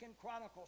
Chronicles